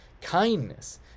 Kindness